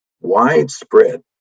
widespread